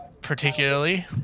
particularly